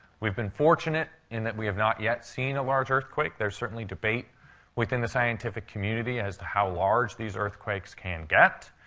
we've been fortunate in that we have not yet seen a large earthquake. there's certainly debate within the scientific community as to how large these earthquakes can get.